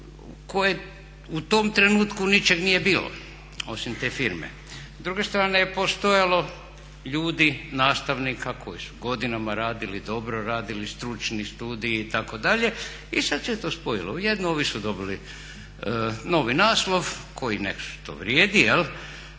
koje u tom trenutku ničeg nije bilo osim te firme. S druge strane je postojalo ljudi, nastavnika koji su godinama radili, dobro radili, stručni studiji itd. i sad se je to spojilo u jedno, ovi su dobili novi naslov koji nešto vrijedi,